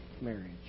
marriage